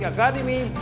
Academy